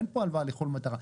אין פה הלוואה לכל מטרה.